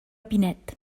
pinet